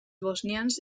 bosnians